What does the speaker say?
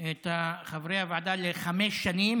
את חברי הוועדה לחמש שנים.